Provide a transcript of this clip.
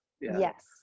Yes